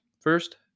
First